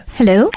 Hello